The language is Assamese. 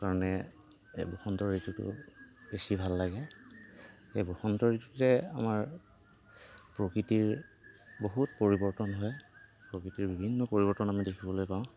সেইটো কাৰণে এই বসন্ত ঋতুটো বেছি ভাল লাগে এই বসন্ত ঋতুতে আমাৰ প্ৰকৃতিৰ বহুত পৰিৱৰ্তন হয় প্ৰকৃতিৰ বিভিন্ন পৰিৱৰ্তন দেখিবলৈ পাওঁ